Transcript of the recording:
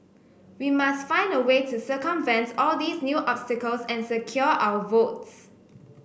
we must find a way to circumvent all these new obstacles and secure our votes